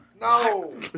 No